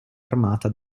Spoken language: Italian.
armata